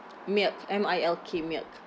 milk M I L K milk